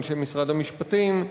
אנשי משרד המשפטים,